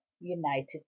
United